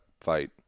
fight